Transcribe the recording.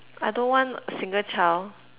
I don't want a single child